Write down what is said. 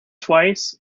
twice